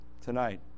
tonight